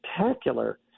spectacular